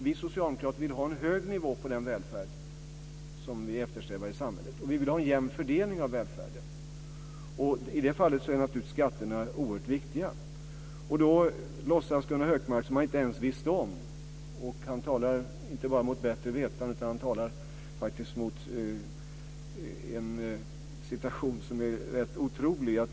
Vi socialdemokrater vill ha en hög nivå på den välfärd vi eftersträvar i samhället. Vi vill ha en jämn fördelning av välfärden. I det fallet är naturligtvis skatterna oerhört viktiga. Gunnar Hökmark talar inte bara mot bättre vetande. Han talar faktiskt mot en situation som är otrolig.